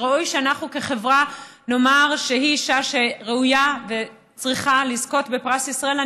שראוי שאנחנו כחברה נאמר שהיא אישה ראויה וצריכה לזכות בפרס ישראל.